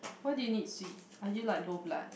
why do you need sweet are you like low blood